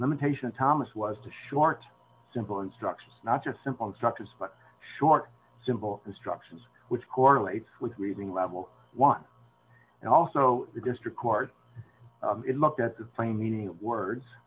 mentation thomas was to short simple instructions not just simple instructions but short simple instructions which correlates with reading level one and also the district court it looked at the plain meaning of words